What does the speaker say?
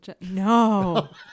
No